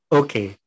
okay